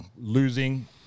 losing